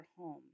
home